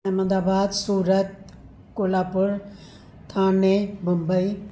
Ahmedabad Surat Kolhapur Thane Mumbai